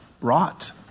rot